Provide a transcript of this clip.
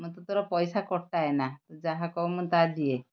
ମତେ ତୋର ପଇସା କଟାଏ ନା ତୁ ଯାହା କହୁ ମୁଁ ତାହା ଦିଏ